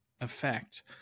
effect